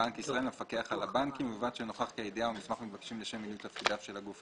לבנק ישראל ולמפקח על הבנקים (בסעיף זה הגוף הנעבר),